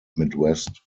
midwest